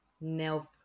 nail